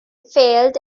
failed